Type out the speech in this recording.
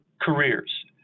careers